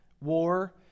war